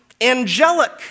angelic